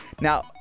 Now